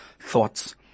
thoughts